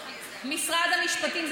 משרד המשפטים.